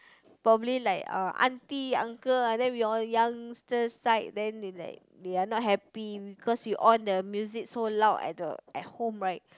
probably like uh aunty uncle ah then we all youngster side then they like they are not happy because we on the music so loud at the at home right